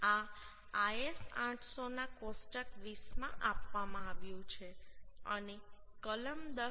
આ IS 800 ના કોષ્ટક 20 માં આપવામાં આવ્યું છે અને કલમ 10